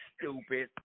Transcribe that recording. Stupid